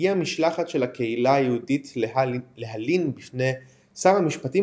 הגיעה משלחת של הקהילה היהודית להלין בפני שר המשפטים